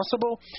possible